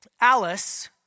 Alice